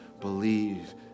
believe